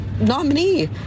nominee